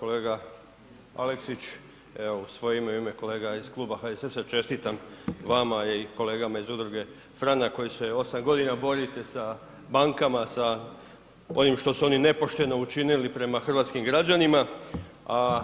Kolega Aleksić, evo u svoje ime i u ime kolega iz kluba HSS-a, čestitam vama i kolegama iz udruge Franak koji se 8 g. borite sa bankama, sa onim što su oni nepošteno učinili prema hrvatskim građanima, a